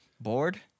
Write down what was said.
bored